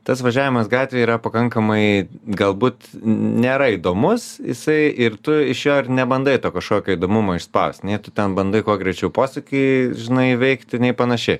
tas važiavimas gatvėj yra pakankamai galbūt nėra įdomus jisai ir tu iš jo ir nebandai to kažkokio įdomumo išspaust nei tu ten bandai kuo greičiau posūkį žinai įveikti nei panašiai